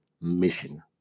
mission